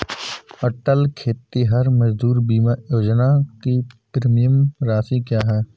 अटल खेतिहर मजदूर बीमा योजना की प्रीमियम राशि क्या है?